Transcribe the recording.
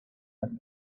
and